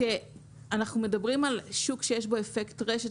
כשאנחנו מדברים על שוק שיש בו אפקט רשת,